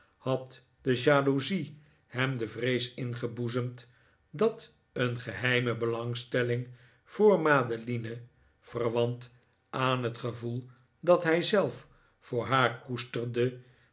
had de jaloezie hem de vrees ingeboezemd dat een geheime belangstelling voor madeline verwant aan het gevoel dat hij zelf voor haar koesterde